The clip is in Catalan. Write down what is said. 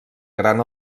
gran